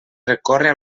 recórrer